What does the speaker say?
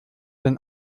den